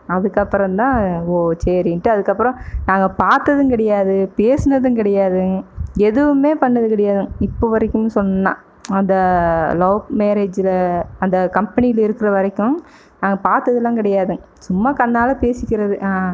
அதுக்கப்புறம் தான் ஓ சரின்ட்டு அதுக்கப்புறம் நாங்கள் பார்த்ததும் கிடையாது பேசினதும் கிடையாது எதுவுமே பண்ணிணது கிடையாது இப்போ வரைக்கும் சொன்னால் அந்த லவ் மேரேஜில் அந்த கம்பெனியில் இருக்கிற வரைக்கும் நாங்கள் பார்த்ததெல்லாம் கிடையாதுங் சும்மா கண்ணால் பேசிக்கிறது ஆ